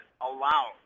allowed